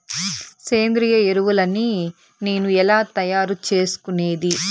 సేంద్రియ ఎరువులని నేను ఎలా తయారు చేసుకునేది?